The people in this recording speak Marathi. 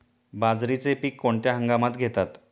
बाजरीचे पीक कोणत्या हंगामात घेतात?